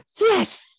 yes